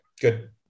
good